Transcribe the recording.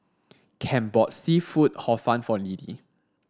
Kem bought seafood hor fun for Liddie